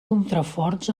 contraforts